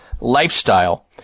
lifestyle